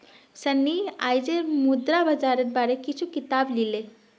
सन्नी आईज मुद्रा बाजारेर बार कुछू किताब ली ले